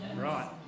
Right